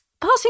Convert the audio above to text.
Passing